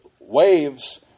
waves